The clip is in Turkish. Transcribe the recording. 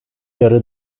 yarı